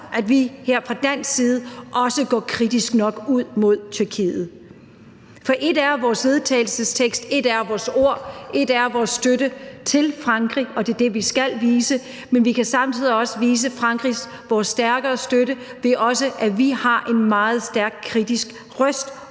at vi her fra dansk side også går kritisk ud mod Tyrkiet. For ét er vores forslag til vedtagelse, ét er vores ord, ét er vores støtte til Frankrig, og det er det, vi skal vise, men noget andet er, at vi samtidig også kan vise Frankrig vores stærkere støtte, ved at vi også har en meget stærk kritisk røst